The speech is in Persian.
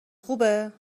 خوبه